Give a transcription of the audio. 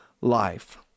life